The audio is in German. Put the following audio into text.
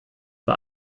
bei